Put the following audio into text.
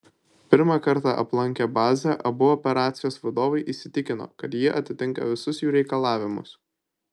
pirmą kartą aplankę bazę abu operacijos vadovai įsitikino kad ji atitinka visus jų reikalavimus